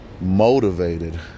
motivated